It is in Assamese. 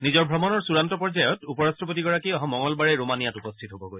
নিজৰ ভ্ৰমণৰ চূড়ান্ত পৰ্যায়ত উপ ৰাট্টপতিগৰাকী অহা মঙলবাৰে ৰোমানিয়াত উপস্থিত হ'বগৈ